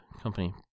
company